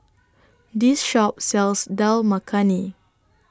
This Shop sells Dal Makhani